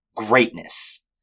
greatness